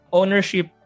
ownership